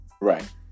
Right